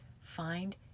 Find